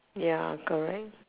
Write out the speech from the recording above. ya correct